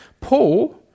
Paul